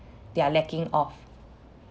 they are lacking of